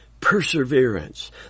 Perseverance